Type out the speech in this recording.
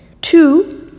Two